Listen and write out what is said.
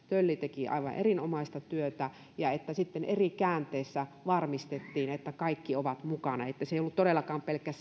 tölli teki aivan erinomaista työtä ja sitten eri käänteissä varmistettiin että kaikki ovat mukana se ei ollut todellakaan pelkkä